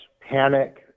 panic